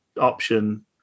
option